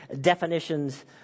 definitions